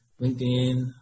LinkedIn